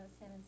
San